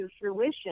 fruition